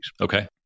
Okay